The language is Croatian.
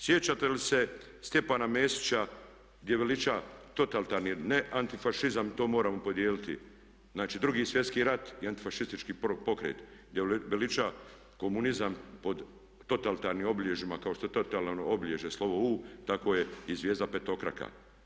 Sjećate li se Stjepana Mesića gdje veliča totalitarni ne antifašizam, to moramo podijeliti, znači Drugi svjetski rat i antifašistički pokret, gdje veliča komunizam pod totalitarnim obilježjima kao što je totalitarno obilježje slovo "U" tako je i zvijezda petokraka.